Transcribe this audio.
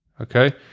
Okay